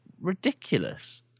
ridiculous